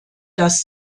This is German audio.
dass